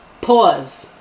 pause